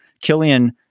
Killian